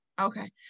okay